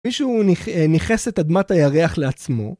‫כפי שהוא ניכס את אדמת הירח לעצמו.